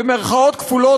במירכאות כפולות,